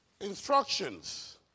Instructions